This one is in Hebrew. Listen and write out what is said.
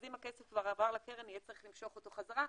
אז אם הכסף כבר עבר לקרן יהיה צריך למשוך אותו חזרה.